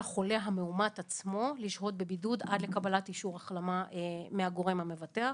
החולה המאומת עצמו לשהות בבידוד עד לקבלת אישור החלמה מהגורם המבטח,